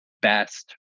best